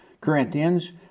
Corinthians